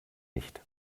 nicht